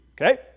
Okay